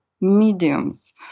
mediums